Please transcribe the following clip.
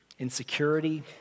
insecurity